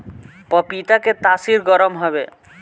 पपीता के तासीर गरम हवे